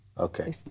Okay